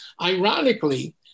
Ironically